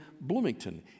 Bloomington